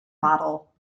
model